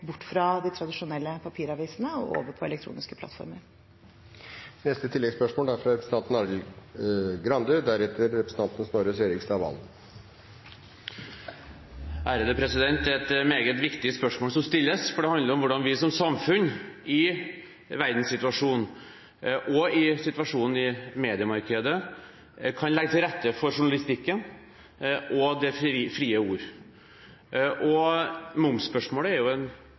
bort fra de tradisjonelle papiravisene og over på elektroniske plattformer? Arild Grande – til oppfølgingsspørsmål. Det er et meget viktig spørsmål som stilles, for det handler om hvordan vi som samfunn i verdenssituasjonen og i situasjonen i mediemarkedet kan legge til rette for journalistikken og det frie ord. Momsspørsmålet er en